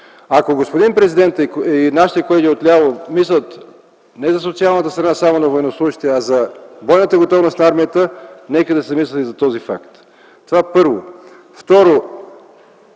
Ако господин президентът и нашите колеги от ляво мислят не само за социалната страна на военнослужещите, а и за бойната готовност на армията, нека да се замислят и върху този факт. Това – първо. Второ,